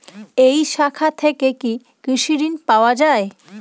এই শাখা থেকে কি কৃষি ঋণ পাওয়া যায়?